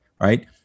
right